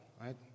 right